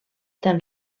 tan